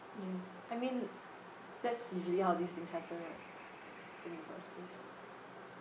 mm I mean that's usually how these things happen in the first place